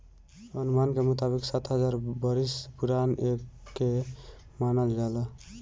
अनुमान के मुताबिक सात हजार बरिस पुरान एके मानल जाला